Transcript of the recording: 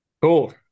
cool